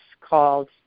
called